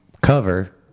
cover